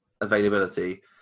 availability